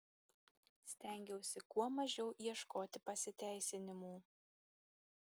stengiausi kuo mažiau ieškoti pasiteisinimų